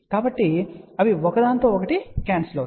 కాబట్టి అవి ఒకదానితో ఒకటి క్యాన్సిల్ అవుతాయి